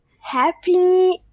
happy